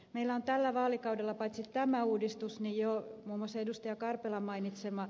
meillä on tällä vaalikaudella paitsi tämä uudistus niin jo muun muassa ed